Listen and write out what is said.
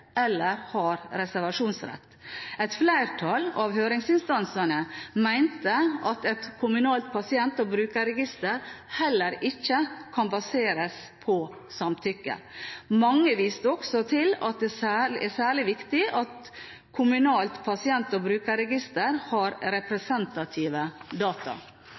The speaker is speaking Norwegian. eller har reservasjonsrett. Et flertall av høringsinstansene mente at et kommunalt pasient- og brukerregister heller ikke kan basere seg på samtykke. Mange viste også til at det er særlig viktig at kommunalt pasient- og brukerregister har representative data.